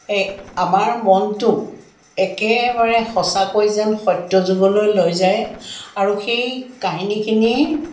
আমাৰ মনটোক একেবাৰে সঁচাকৈ যেন সত্যযুগলৈ লৈ যায় আৰু সেই কাহিনীখিনি